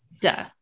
duh